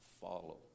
follow